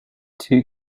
two